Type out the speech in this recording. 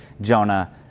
Jonah